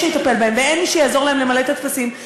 שיטפל בהם ואין מי שיעזור להם למלא את הטפסים,